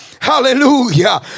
hallelujah